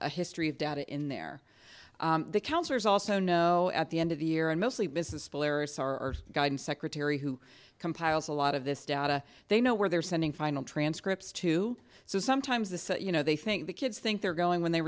a history of data in there the counselors also know at the end of the year and mostly business players are guided secretary who compiles a lot of this data they know where they're sending final transcripts to so sometimes the you know they think the kids think they're going when they